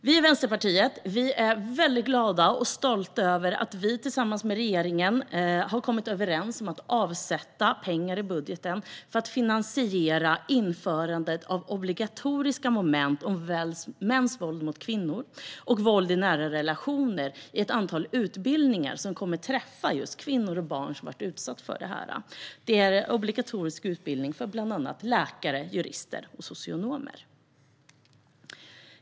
Vi i Vänsterpartiet är mycket glada och stolta över att vi tillsammans med regeringen har kommit överens om att avsätta pengar i budgeten för att finansiera införandet av obligatoriska moment om mäns våld mot kvinnor och våld i nära relationer i ett antal utbildningar till yrken där man just träffar utsatta kvinnor och barn. Det blir en obligatorisk utbildning för bland annat läkare, jurister och socionomer.